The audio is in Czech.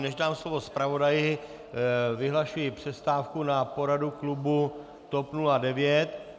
Než dám slovo zpravodaji, vyhlašuji přestávku na poradu klubu TOP 09.